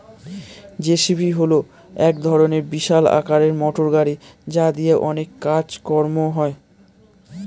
JCB হল এক বিশাল আকারের মোটরগাড়ি যা দিয়ে অনেক কাজ কর্ম হয়